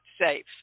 safe